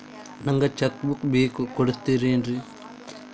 ನಂಗ cheque book ಬೇಕು ಕೊಡ್ತಿರೇನ್ರಿ?